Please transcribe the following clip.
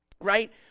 Right